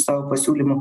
savo pasiūlymų